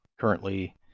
currently